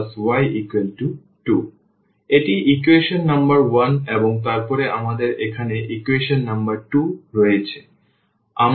সুতরাং এটি equation number 1 এবং তারপরে আমাদের এখানে ইকুয়েশন নম্বর 2 রয়েছে